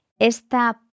Esta